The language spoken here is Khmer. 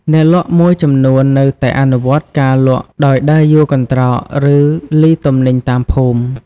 អ្នកលក់មួយចំនួននៅតែអនុវត្តការលក់ដោយដើរយួរកន្ត្រក ឬលីទំនិញតាមភូមិ។